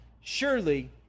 Surely